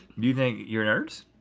do you think you're nerds?